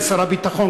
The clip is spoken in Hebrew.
לשר הביטחון,